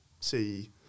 see